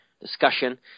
discussion